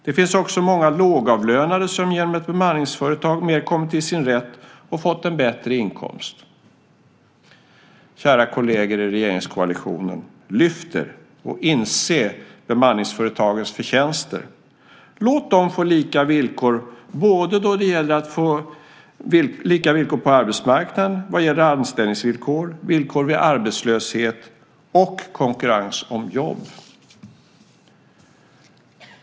Det finns också många lågavlönade som genom ett bemanningsföretag har kommit mer till sin rätt och fått en bättre inkomst. Kära kolleger i regeringskoalitionen! Lyft er, och inse bemanningsföretagens förtjänster! Låt dem få lika villkor både när det gäller villkor på arbetsmarknaden och anställningsvillkor, villkor vid arbetslöshet och konkurrens om jobb.